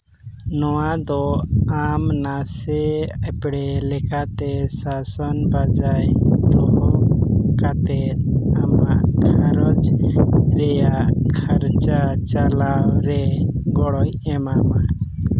ᱱᱚᱣᱟ ᱫᱚ ᱟᱢ ᱱᱟᱥᱮ ᱮᱯᱲᱮ ᱞᱮᱠᱟᱛᱮ ᱥᱟᱥᱚᱱ ᱵᱟᱡᱟᱭ ᱫᱚᱦᱚ ᱠᱟᱛᱮᱫ ᱟᱢᱟᱜ ᱜᱷᱟᱨᱚᱸᱡᱽ ᱨᱮᱱᱟᱜ ᱠᱷᱚᱨᱪᱟ ᱪᱟᱪᱟᱞᱟᱣ ᱨᱮ ᱜᱚᱲᱚᱭ ᱮᱢᱟᱢᱟ